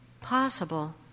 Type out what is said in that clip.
possible